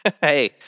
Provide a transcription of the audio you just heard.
Hey